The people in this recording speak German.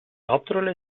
hauptrolle